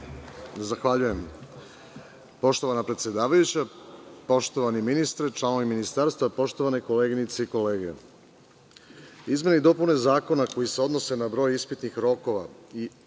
Zahvaljujem. Poštovana predsedavajuća, poštovani ministre, članovi ministarstva, poštovane koleginice i kolege, izmene i dopune zakona koje se odnose na broj ispitnih rokova i